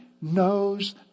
knows